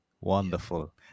wonderful